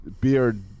beard